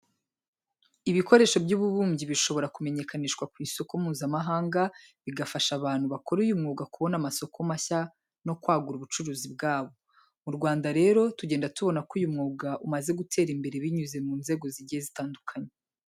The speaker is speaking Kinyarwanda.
Ibikoresho by'ububumbyi bishobora kumenyekanishwa ku isoko mpuzamahanga, bigafasha abantu bakora uyu mwuga kubona amasoko mashya no kwagura ubucuruzi bwabo. Mu Rwanda rero tugenda tubona ko uyu mwuga umaze gutera imbere binyuze mu nzego zigiye zitandukanye.